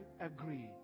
agree